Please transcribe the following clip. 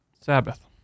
Sabbath